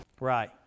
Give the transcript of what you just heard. Right